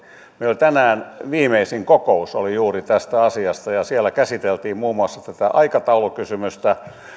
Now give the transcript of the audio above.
meillä oli tänään viimeisin kokous juuri tästä asiasta ja siellä käsiteltiin muun muassa tätä aikataulukysymystä